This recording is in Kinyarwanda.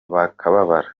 bakababara